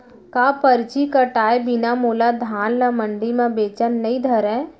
का परची कटाय बिना मोला धान ल मंडी म बेचन नई धरय?